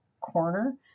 corner